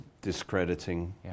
discrediting